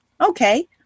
Okay